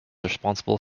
responsible